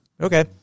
Okay